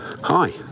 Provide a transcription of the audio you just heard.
Hi